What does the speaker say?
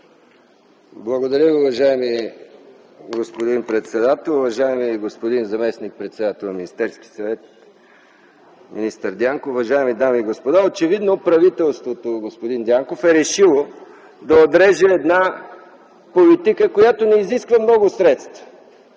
Благодаря Ви, уважаеми господин председател. Уважаеми господин заместник-председател на Министерския съвет, министър Дянков, уважаеми дами и господа! Очевидно правителството, господин Дянков, е решило да отреже една политика, която не изисква много средства.